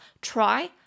try